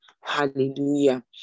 hallelujah